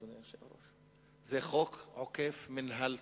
אדוני היושב-ראש, זה חוק עוקף מינהל תקין.